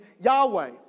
Yahweh